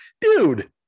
dude